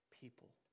people